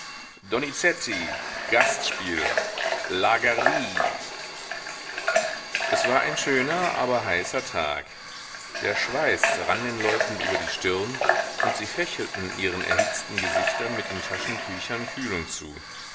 gastspiel lagardy es war ein schöner aber heißer tag der schweiß rann den leuten über die stirn und sie fächelten ihren erhitzten gesichtern mit den taschentüchern kühlung zu